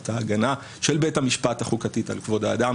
את ההגנה של בית המשפט החוקתית על כבוד האדם